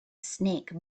snake